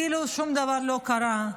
כאילו שום דבר לא קרה.